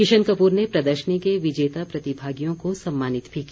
किशन कपूर ने प्रदर्शनी के विजेता प्रतिभागियों को सम्मानित भी किया